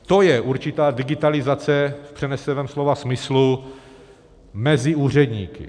To je určitá digitalizace v přeneseném slova smyslu mezi úředníky.